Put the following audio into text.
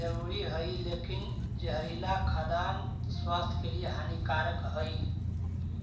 जरूरी हइ लेकिन जहरीला खाद्यान्न स्वास्थ्य के लिए हानिकारक हइ